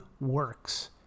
works